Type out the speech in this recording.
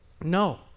no